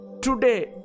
today